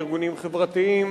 מארגונים חברתיים,